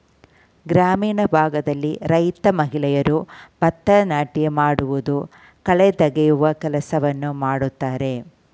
ಗ್ರಾಮೀಣ ಭಾಗದಲ್ಲಿ ರೈತ ಮಹಿಳೆಯರು ಭತ್ತ ನಾಟಿ ಮಾಡುವುದು, ಕಳೆ ತೆಗೆಯುವ ಕೆಲಸವನ್ನು ಮಾಡ್ತರೆ